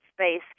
Space